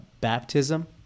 baptism